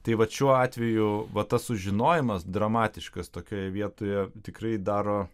tai vat šiuo atveju va tas sužinojimas dramatiškas tokioje vietoje tikrai daro